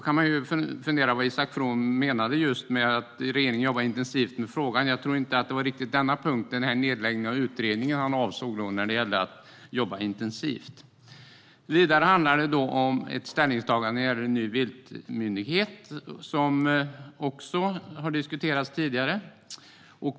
Man kan fundera på vad Isak From menade med att regeringen jobbar intensivt med frågan. Jag tror inte att det var riktigt denna punkt, nedläggningen av utredningen, han avsåg när det gällde att jobba intensivt. Vidare handlar det om ett ställningstagande när det gäller en ny viltmyndighet, som också har diskuterats tidigare.